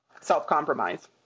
self-compromise